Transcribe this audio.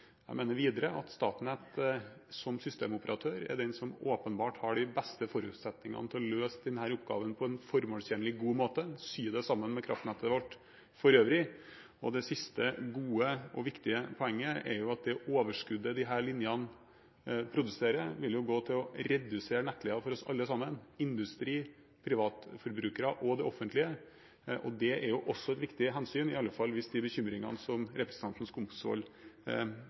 Jeg mener videre at Statnett som systemoperatør er den som åpenbart har de beste forutsetningene til å løse denne oppgaven på en formålstjenlig, god måte – sy det sammen med kraftnettet vårt for øvrig. Det siste gode og viktige poenget er at det overskuddet disse linjene produserer, vil gå til å redusere nettleien for oss alle sammen – industri, privatforbrukere og det offentlige. Det er jo også et viktig hensyn – i alle fall hvis de bekymringene som representanten